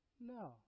No